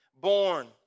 born